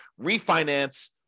refinance